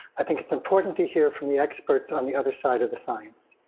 i think it's important to hear from the experts on the other side of the science.